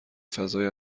فضای